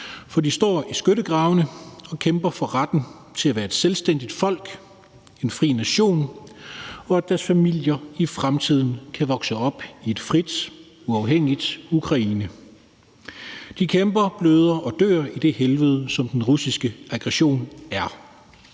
for de står i skyttegravene og kæmper for retten til at være et selvstændigt folk, en fri nation, og at deres familier og børn i fremtiden kan vokse op i et frit og uafhængigt Ukraine. De kæmper, bløder og dør i det helvede, som den russiske aggression er.